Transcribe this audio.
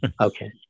Okay